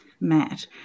Matt